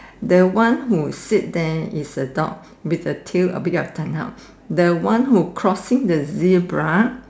the one who sit there who is a dog with the tail turn up the one who's crossing the zebra